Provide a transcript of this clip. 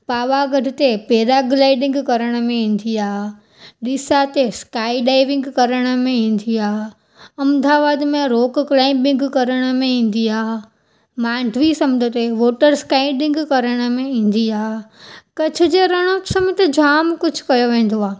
पावागढ़ ते पैराग्लाइडिंग करण में ईंदी आहे डीसा ते स्काइ डाइविंग करण में ईंदी आहे अहमदाबाद में रोप क्लाइबिंग करण में ईंदी आहे माण्डवी समुंड ते वॉटर स्काइडिंग करण में ईंदी आहे कच्छ जे रण सम में त जाम कुझु कयो वेंदो आहे